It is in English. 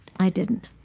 i didn't.